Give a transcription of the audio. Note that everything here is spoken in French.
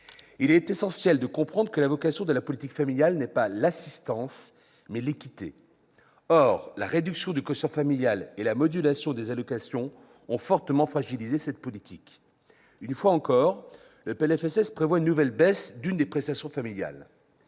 Il est essentiel de comprendre que la vocation de la politique familiale n'est pas l'assistance, mais l'équité. Or la réduction du quotient familial et la modulation des allocations ont fortement fragilisé cette politique. Ce PLFSS prévoit une nouvelle baisse d'une des prestations familiales